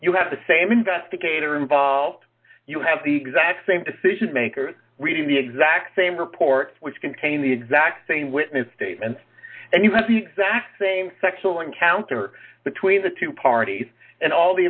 you have the same investigator involved you have the exact same decision makers reading the exact same reports which contain the exact same witness statements and you have the exact same sexual encounter between the two parties and all the